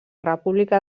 república